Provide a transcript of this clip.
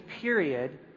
period